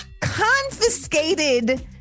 confiscated